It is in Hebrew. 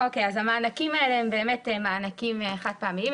המענקים האלה הם חד-פעמיים.